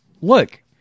look